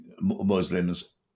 Muslims